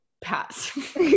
pass